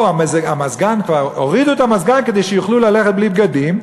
פה הורידו את המזגן כדי שיוכלו ללכת בלי בגדים,